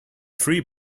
free